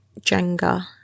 Jenga